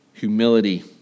Humility